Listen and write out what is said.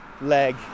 leg